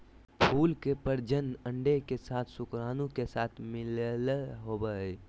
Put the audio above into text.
फूल के प्रजनन अंडे के साथ शुक्राणु के साथ मिलला होबो हइ